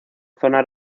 zonas